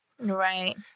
Right